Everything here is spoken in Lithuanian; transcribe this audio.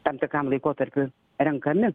tam tikram laikotarpiui renkami